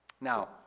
Now